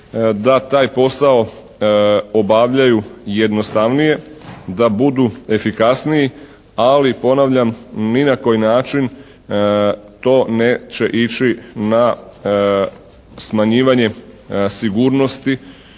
da taj posao obavljaju jednostavnije. Da budu efikasniji. Ali ponavljam ni na koji način to neće ići na smanjivanje sigurnosti